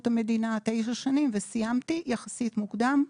המדינה תשע שנים וסיימתי יחסית מוקדם.